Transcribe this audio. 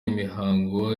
imihango